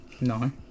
no